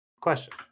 question